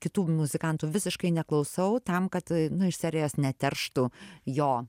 kitų muzikantų visiškai neklausau tam kad nu iš serijos neterštų jo